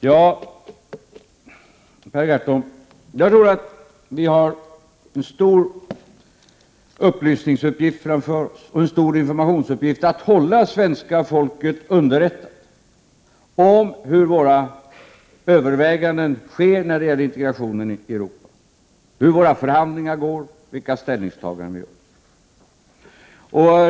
Per Gahrton, jag tror att vi har en stor upplysningsuppgift framför oss och en stor informationsuppgift att hålla svenska folket underrättat om våra överväganden beträffande integrationen i Europa, hur förhandlingarna går och vilka ställningstaganden vi gör.